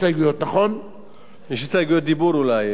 לא, יש הסתייגויות.